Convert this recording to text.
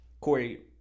Corey